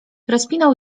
rozpinał